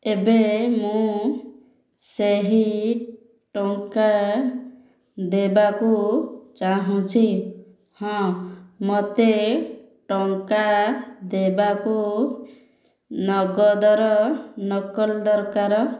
ଏବେ ମୁଁ ସେହି ଟଙ୍କା ଦେବାକୁ ଚାହୁଁଛି ହଁ ମୋତେ ଟଙ୍କା ଦେବାକୁ ନଗଦର ନକଲ ଦରକାର